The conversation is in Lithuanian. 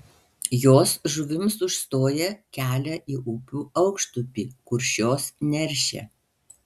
jos žuvims užstoja kelia į upių aukštupį kur šios neršia